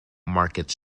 market